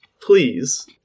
please